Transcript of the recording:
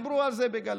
דיברו על זה בגלוי.